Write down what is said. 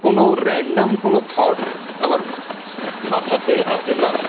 কোনও র্যান্ডম কোনও থট আবার মাথাতে আসে না